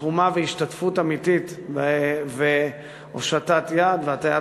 תרומה והשתתפות אמיתית והושטת יד והטיית